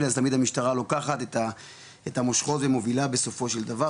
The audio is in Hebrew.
אז תמיד המשטרה לוקחת את המושכות ומובילה בסופו של דבר,